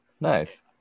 Nice